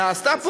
נעשתה פה,